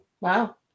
wow